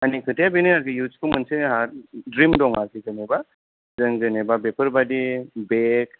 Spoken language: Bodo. आंनि खोथाया बेनो आरखि इयुथ्सखौ मोनसे आंहा द्रिम दं आरखि जेन'बा जों जेन'बा बेफोरबायदि बेग